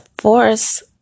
force